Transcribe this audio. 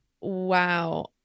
wow